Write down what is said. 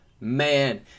man